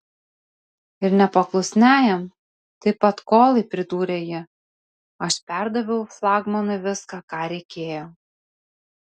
ir nepaklusniajam taip pat kolai pridūrė ji aš perdaviau flagmanui viską ką reikėjo